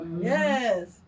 Yes